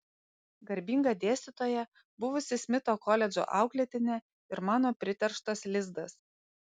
garbinga dėstytoja buvusi smito koledžo auklėtinė ir mano priterštas lizdas